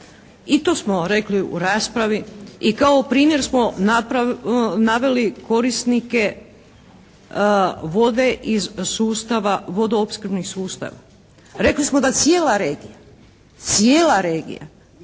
I to smo rekli u raspravi. I kao primjer smo napravili, naveli korisnike vode iz sustava, vodoopskrbni sustav. Rekli smo da cijela regija, cijela regija